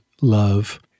love